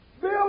Bill